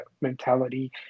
mentality